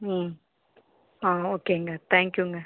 ம் ஆ ஓகேங்க தேங்க்யூங்க